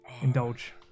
indulge